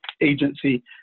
Agency